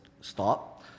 stop